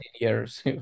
years